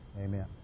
Amen